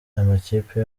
amakipe